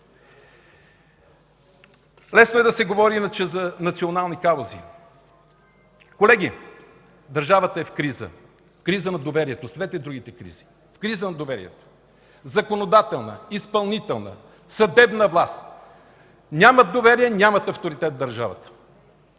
Лесно е да се говори иначе за национални каузи. Колеги, държавата е в криза, в криза на доверието, оставете другите кризи, криза на доверието! Законодателна, изпълнителна, съдебна власт нямат доверие, нямат авторитет в държавата,